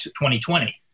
2020